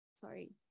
Sorry